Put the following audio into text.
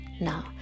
Now